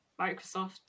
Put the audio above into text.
Microsoft